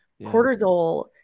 cortisol